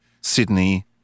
Sydney